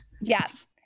Yes